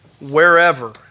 wherever